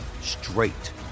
straight